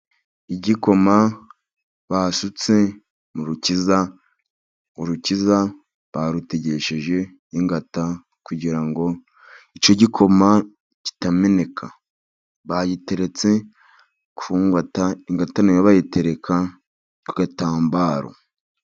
Igikoma basutse mu rukiza, urukiza barutegesheje ingata, kugira ngo icyo gikoma kitameneka bayiteretse kungata, ingata nayo bayitereka agatambaro.